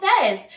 says